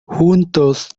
juntos